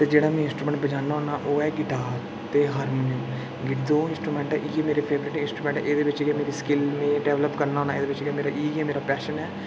ते जेह्ड़ा में इंसट्रूमैंट बजान्ना होन्ना ओह् ऐ गिटार ते हारमोनियम दो इंसट्रूमैंट इ'यै मेरे फेवरेट इंसट्रूमैंट एह्दे बिच में स्किल डैवलप करना होन्ना एह्दे बिच इ'यै मेरा पैशन ऐ